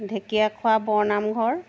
Dhekiakhowa Bor নামঘৰ